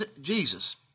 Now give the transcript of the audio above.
Jesus